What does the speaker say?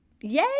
yay